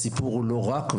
הסיפור הוא לא רק,